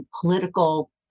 political